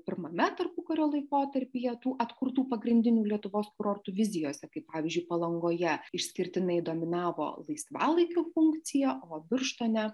pirmame tarpukario laikotarpyje tų atkurtų pagrindinių lietuvos kurortų vizijose kaip pavyzdžiui palangoje išskirtinai dominavo laisvalaikio funkcija o birštone